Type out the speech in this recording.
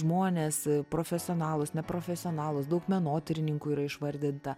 žmonės profesionalūs neprofesionalūs daug menotyrininkų yra išvardinta